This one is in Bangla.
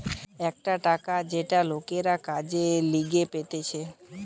একটা টাকা যেটা লোকরা কাজের লিগে পেতেছে